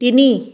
তিনি